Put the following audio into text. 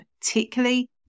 particularly